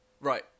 Right